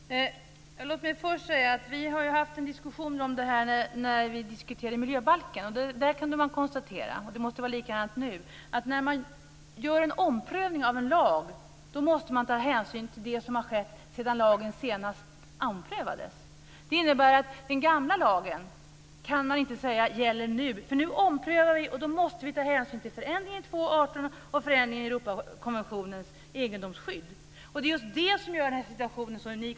Fru talman! Låt mig först säga att vi har haft en diskussion om det här när vi diskuterade miljöbalken, och där kunde man konstatera - och det måste vara likadant nu - att när man gör en omprövning av en lag måste man ta hänsyn till det som har skett sedan lagen senast prövades. Det innebär att man inte kan säga att den gamla lagen gäller nu. Nu omprövar vi, och då måste vi ta hänsyn till förändringen i 2:18 och förändringen i Europakonventionens egendomsskydd. Det är just det som gör den här situationen så unik.